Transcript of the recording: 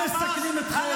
מסכנים את קציני צה"ל